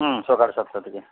হুম সকাল সাতটা থেকে